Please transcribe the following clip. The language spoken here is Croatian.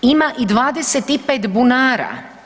Ima i 25 bunara.